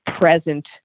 present